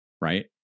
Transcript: right